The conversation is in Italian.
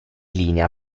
linea